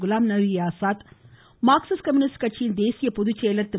Ghulam Nabi Azad Marxist communist கட்சியின் தேசிய பொதுச்செயலர் திரு